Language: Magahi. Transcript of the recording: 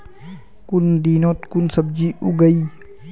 कुन दिनोत कुन सब्जी उगेई?